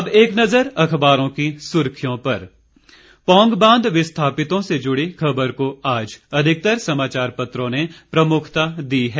अब एक नजर अखबारों की सुर्खियों पर पौंग बांध विस्थापितों से जुड़ी खबर को आज अधिकतर समाचार पत्रों ने प्रमुखता दी है